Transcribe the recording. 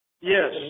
Yes